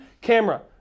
camera